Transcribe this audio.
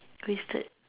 wasted